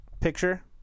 Picture